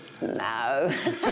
No